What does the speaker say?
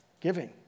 Giving